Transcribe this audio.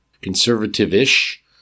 conservative-ish